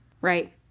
right